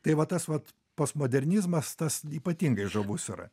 tai vat tas vat postmodernizmas tas ypatingai žavus yra